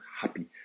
happy